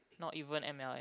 not even M_L_M